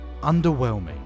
underwhelming